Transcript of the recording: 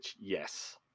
Yes